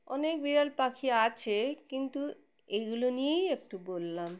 অনেক বিরল পাখি আছে কিন্তু এইগুলো নিয়েই একটু বললাম